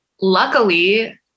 Luckily